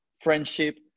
friendship